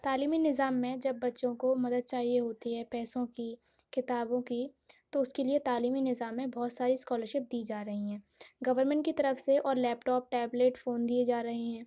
تعلیمی نظام میں جب بچوں کو مدد چاہیے ہوتی ہے پیسوں کی کتابوں کی تو اس کے لیے تعلیمی نظام میں بہت ساری اسکالرشپ دی جا رہی ہیں گورمنٹ کی طرف سے اور لیپ ٹاپ ٹیبلیٹ فون دیئے جا رہے ہیں